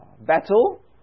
battle